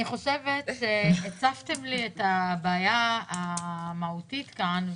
הצפתם לי את הבעיה המהותית כאן,